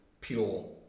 pure